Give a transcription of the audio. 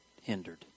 hindered